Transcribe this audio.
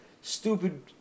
stupid